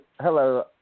Hello